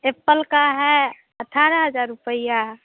Apple का है अठारह हज़ार रुपया